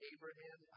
Abraham